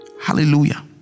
Hallelujah